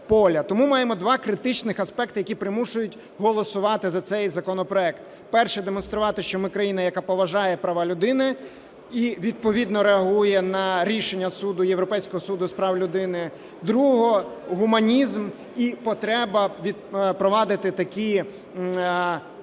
Тому маємо два критичних аспекти, які примушують голосувати за цей законопроект. Перший – демонструвати, що ми країна, яка поважає права людини і відповідно реагує на рішення суду, Європейського суду з прав людини. Другий – гуманізм і потреба приводити такі,